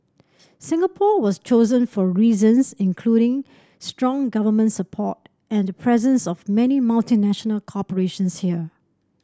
Singapore was chosen for reasons including strong government support and the presence of many multinational corporations here